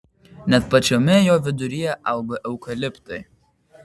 net pačiame jo viduryje auga eukaliptai